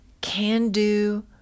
can-do